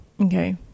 Okay